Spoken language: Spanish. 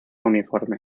uniforme